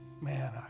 Man